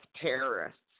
terrorists